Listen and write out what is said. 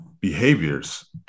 behaviors